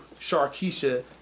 Sharkeisha